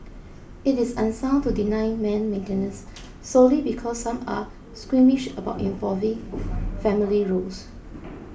it is unsound to deny men maintenance solely because some are squeamish about evolving family roles